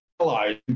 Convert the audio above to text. allies